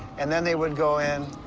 and then they would go in.